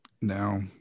Now